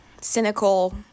cynical